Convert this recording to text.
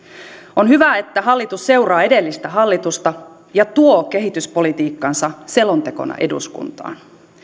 on hyvä että hallitus seuraa edellistä hallitusta ja tuo kehityspolitiikkansa selontekona eduskuntaan